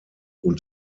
und